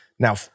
Now